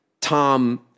Tom